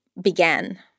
began